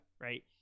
Right